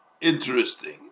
interesting